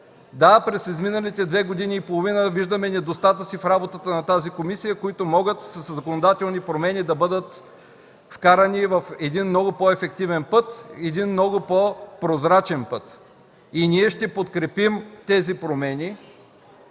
Да, през изминалите две години и половина виждаме недостатъци в работата на комисията, които със законодателни промени могат да бъдат вкарани в един много по-ефективен път, много по-прозрачен път. Ние ще подкрепим тези промени